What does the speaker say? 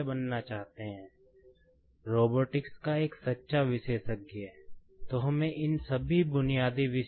बहु विषयक विषय